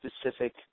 specific